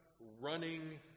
running